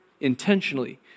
intentionally